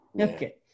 Okay